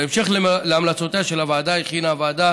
בהמשך להמלצותיה של הוועדה הכינה הוועדה